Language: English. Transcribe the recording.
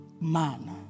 man